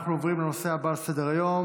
אנחנו עוברים לנושא הבא על סדר-היום,